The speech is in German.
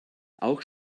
auch